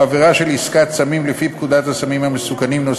או עבירה של עסקת סמים לפי פקודת הסמים המסוכנים .